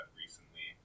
recently